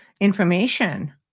information